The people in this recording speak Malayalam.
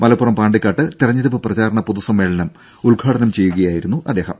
മലപ്പുറം പാണ്ടിക്കാട്ട് തെരഞ്ഞെടുപ്പ് പ്രചാരണ പൊതു സമ്മേളനം ഉദ്ഘാടനം ചെയ്യുകയായിരുന്നു അദ്ദേഹം